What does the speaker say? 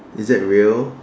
is that real